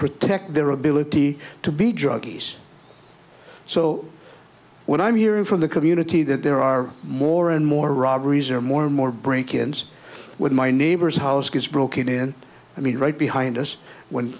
protect their ability to be druggies so when i'm hearing from the community that there are more and more robberies or more and more break ins with my neighbor's house gets broken in i mean right behind us when